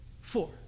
four